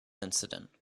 incident